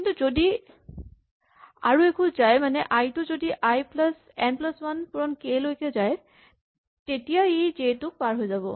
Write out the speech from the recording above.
কিন্তু আই যদি আৰু এখোজ যায় মানে আই টো যদি I plus N plus one পূৰণ কে লৈকে যায় তেতিয়া ই জে টোক পাৰ হৈ যাব